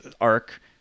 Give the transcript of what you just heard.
arc